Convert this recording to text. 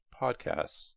podcasts